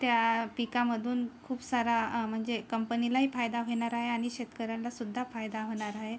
त्या पिकामधून खूप सारा म्हणजे कंपनीलाही फायदा होणार आहे आणि शेतकऱ्यांलासुद्धा फायदा होणार आहे